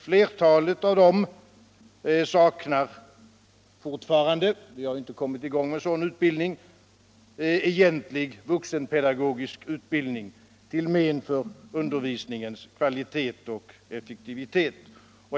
Flertalet av dem saknar fortfarande — vi har inte kommit i gång med sådan utbildning — egentlig vuxenpedagogisk utbildning, till men för undervisningens kvalitet och effektivitet.